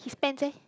his pants eh